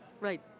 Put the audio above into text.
Right